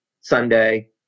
Sunday